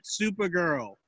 Supergirl